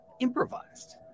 Improvised